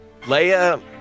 Leia